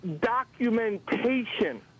documentation